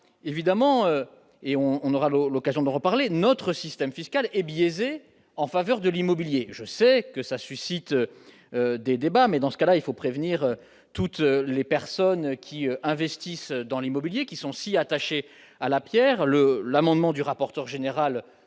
Évidemment- nous aurons l'occasion d'en reparler -, notre système fiscal est biaisé en faveur de l'immobilier. Je sais que cela suscite des débats, mais, dans ce cas-là, il faut prévenir toutes les personnes qui investissent dans l'immobilier et qui sont si attachées à la pierre. D'ailleurs, de ce point